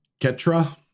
Ketra